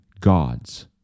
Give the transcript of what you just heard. gods